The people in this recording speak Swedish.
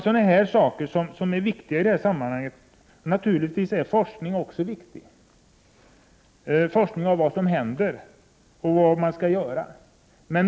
Interpellationen behandlar också frågan om gränsvärden.